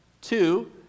Two